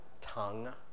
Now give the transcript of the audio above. tongue